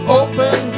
open